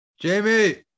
Jamie